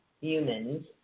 humans